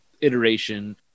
iteration